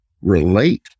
relate